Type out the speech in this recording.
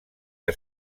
que